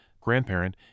grandparent